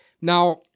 Now